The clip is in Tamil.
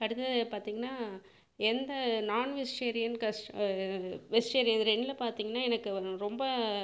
அடுத்தது பார்த்தீங்கனா எந்த நாண் வெஜிடேரியன் கஷ் வெஜிடேரியன் இது ரெண்டில் பார்த்தீங்கனா எனக்கு வம் ரொம்ப